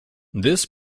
this